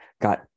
got